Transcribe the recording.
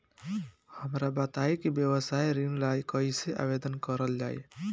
हमरा बताई कि व्यवसाय ऋण ला कइसे आवेदन करल जाई?